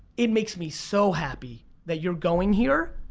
it makes me so happy that you're going here,